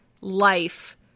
life